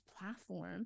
platform